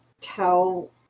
tell